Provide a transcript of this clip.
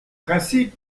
principes